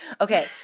Okay